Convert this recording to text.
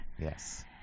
yes